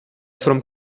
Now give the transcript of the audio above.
from